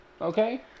Okay